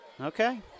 Okay